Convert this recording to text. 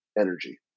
energy